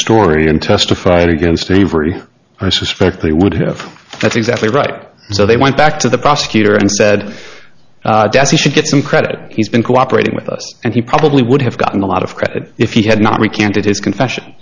story and testified against avery i suspect they would have that's exactly right so they went back to the prosecutor and said yes he should get some credit he's been cooperating with us and he probably would have gotten a lot of credit if he had not recanted his confession